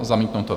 Zamítnuto.